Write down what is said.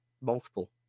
Multiple